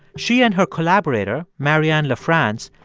she and her collaborator, marianne lafrance,